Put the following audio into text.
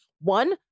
one